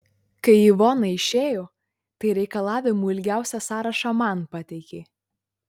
kai ivona išėjo tai reikalavimų ilgiausią sąrašą man pateikė